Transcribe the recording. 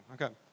Okay